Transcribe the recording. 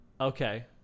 Okay